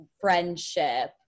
friendship